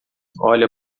olha